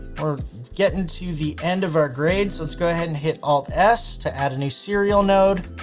we're getting to the end of our grade so let's go ahead and hit alt s to add a new serial node.